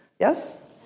Yes